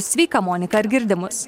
sveika monika ir girdi mus